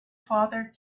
father